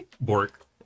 bork